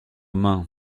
main